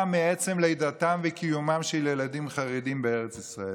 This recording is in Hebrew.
מעצם לידתם וקיומם של ילדים חרדים בארץ ישראל.